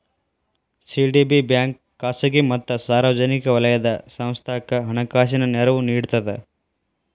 CDB bank ಖಾಸಗಿ ಮತ್ತ ಸಾರ್ವಜನಿಕ ವಲಯದ ಸಂಸ್ಥಾಕ್ಕ ಹಣಕಾಸಿನ ನೆರವು ನೇಡ್ತದ